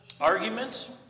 argument